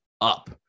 up